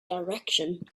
direction